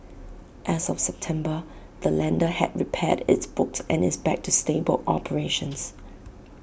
as of September the lender had repaired its books and is back to stable operations